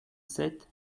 sept